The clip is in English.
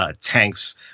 tanks